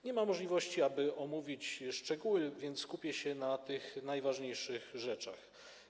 Nie ma możliwości, aby omówić szczegóły, więc skupię się na najważniejszych rzeczach.